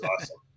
awesome